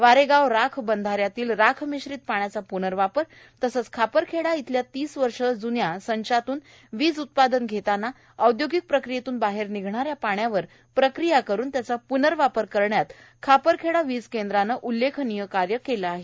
वारेगाव राख बंधा यातील राख मिश्रीत पाण्याचा पूर्नवापर तसंच खापरखेडा इथल्या तीस वर्ष जून्य संचातून वीज उत्पादन घेतांना औद्योगिक प्रक्रीयेतून बाहेर निघणा या पाण्यावर प्रक्रिया करून त्याचा पूर्नवापर करण्यात खापरखेडा वीज केंद्रानं उल्लेखनिय कार्य केलं आहे